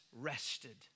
rested